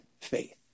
faith